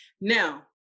Now